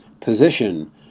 position